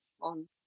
on